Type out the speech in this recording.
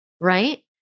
right